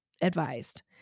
advised